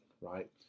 right